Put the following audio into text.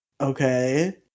Okay